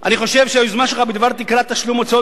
"אני חושב שהיוזמה שלך בדבר תקרת תשלום הוצאות